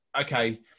okay